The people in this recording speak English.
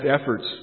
efforts